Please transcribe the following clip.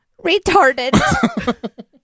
retarded